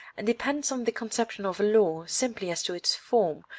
and depends on the conception of a law, simply as to its form,